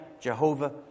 Jehovah